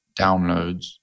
downloads